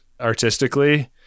artistically